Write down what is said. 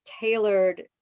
tailored